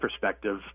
perspective